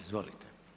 Izvolite.